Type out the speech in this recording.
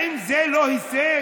האם זה לא הישג?